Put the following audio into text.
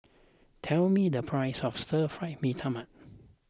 tell me the price of Stir Fried Mee Tai Mak